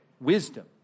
wisdom